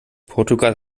portugal